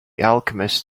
alchemist